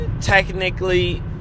Technically